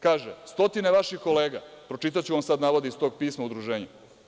Kaže – stotine vaših kolega, pročitaću vam sada navode iz tog pisma udruženja.